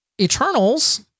Eternals